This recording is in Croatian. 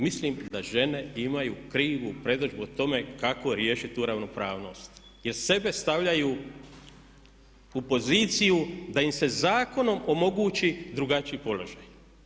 Mislim da žene imaju krivu predodžbu o tome kako riješiti tu ravnopravnost jer sebe stavljaju u poziciju da im se zakonom omogući drugačiji položaj.